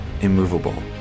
immovable